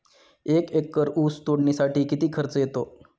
एक एकर ऊस तोडणीसाठी किती खर्च येतो?